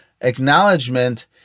acknowledgement